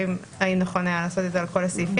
האם היה נכון לעשות את זה על כל הסעיפים.